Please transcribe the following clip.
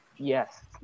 Yes